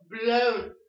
blown